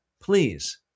please